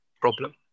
problem